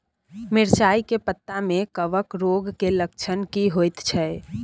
मिर्चाय के पत्ता में कवक रोग के लक्षण की होयत छै?